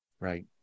Right